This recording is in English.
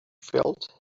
felt